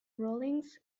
rulings